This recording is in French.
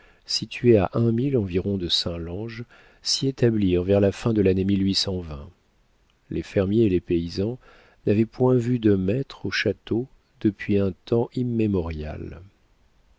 situé à un mille environ de saint lange s'y établir vers la fin de lannée les fermiers et les paysans n'avaient point vu de maîtres au château depuis un temps immémorial